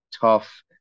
tough